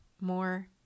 more